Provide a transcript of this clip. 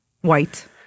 white